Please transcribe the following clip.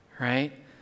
right